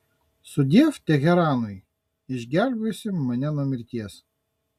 sudiev teheranui išgelbėjusiam mane nuo mirties